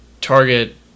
target